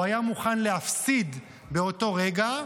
הוא היה מוכן להפסיד באותו רגע,